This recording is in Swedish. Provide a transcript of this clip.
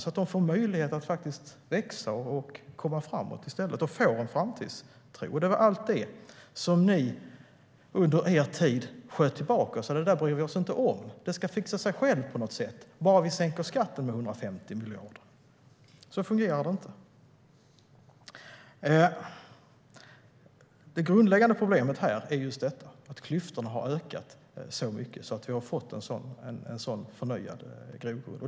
Då får de en möjlighet att faktiskt växa och komma framåt, och de får en framtidstro. Så fungerar det inte. Det grundläggande problemet är just att klyftorna har ökat så mycket att vi har fått en förnyad grogrund.